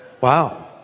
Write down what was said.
Wow